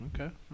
okay